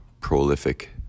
prolific